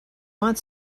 want